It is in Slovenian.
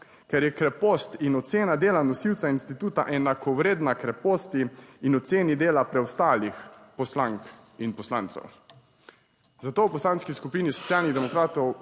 ker je krepost in ocena dela nosilca instituta enakovredna kreposti in oceni dela preostalih poslank in poslancev. Zato v Poslanski skupini Socialnih demokratov